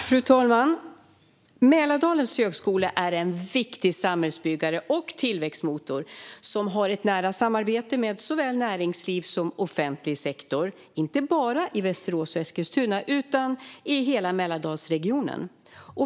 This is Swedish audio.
Fru talman! Mälardalens högskola är en viktig samhällsbyggare och tillväxtmotor som har ett nära samarbete med såväl näringsliv som offentlig sektor, inte bara i Västerås och Eskilstuna utan i hela Mälardalsregionen.